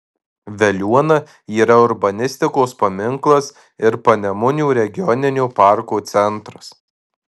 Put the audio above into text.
veliuona yra urbanistikos paminklas ir panemunių regioninio parko centras